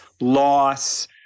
loss